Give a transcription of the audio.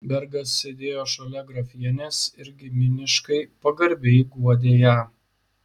bergas sėdėjo šalia grafienės ir giminiškai pagarbiai guodė ją